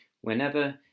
whenever